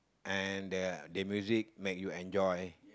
and the the music make you enjoy